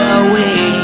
away